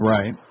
Right